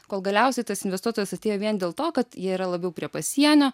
kol galiausiai tas investuotojas atėjo vien dėl to kad jie yra labiau prie pasienio